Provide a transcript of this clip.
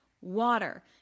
water